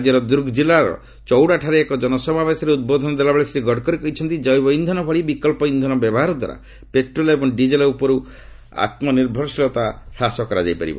ରାଜ୍ୟର ଦୁର୍ଗ ଜିଲ୍ଲାର ଚରଡ଼ାଠାରେ ଏକ ଜନସମାବେଶରେ ଉଦ୍ବୋଧନ ଦେଲାବେଳେ ଶ୍ରୀ ଗଡକରୀ କହିଛନ୍ତି ଯେ ଜୈବ ଇନ୍ଧନ ଭଳି ବିକଳ୍ପ ଇନ୍ଧନ ବ୍ୟବହାର ଦ୍ୱାରା ପେଟ୍ରୋଲ୍ ଏବଂ ଡିଜେଲ୍ ଉପରେ ଆମର ନିର୍ଭରଶୀଳତା ମଧ୍ୟ ହ୍ରାସ ପାଇବ